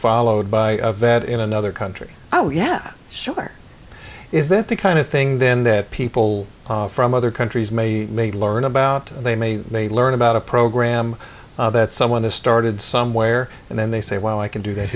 followed by a vet in another country oh yeah sure is that the kind of thing then that people from other countries may may learn about they may may learn about a program that someone has started somewhere and then they say well i can do that